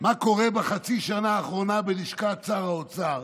מה קורה בחצי השנה האחרונה בלשכת שר האוצר,